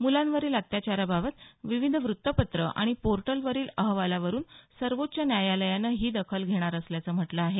मुलांवरील अत्याचाराबाबत विविध व्त्तपत्र आणि पोर्टलवरील अहवालावरून सर्वोच्च न्यायालयानं ही दखल घेणार असल्याचं म्हटलं आहे